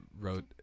wrote